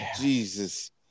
Jesus